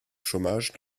chômage